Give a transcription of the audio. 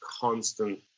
constant